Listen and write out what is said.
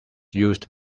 used